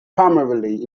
primarily